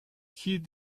hid